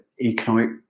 economic